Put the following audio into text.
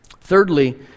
Thirdly